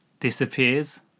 disappears